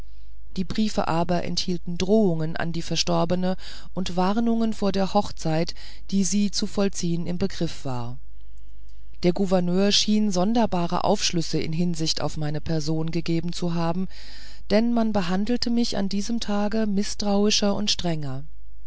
die briefe aber enthielten drohungen an die verstorbene und warnungen vor der hochzeit die sie zu vollziehen im begriff war der gouverneur schien sonderbare aufschlüsse in hinsicht auf meine person gegeben zu haben denn man behandelte mich an diesem tage mißtrauischer und strenger